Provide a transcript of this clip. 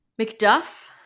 McDuff